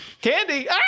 Candy